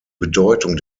bedeutung